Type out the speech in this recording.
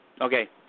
okay